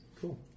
Cool